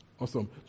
Awesome